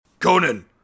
Conan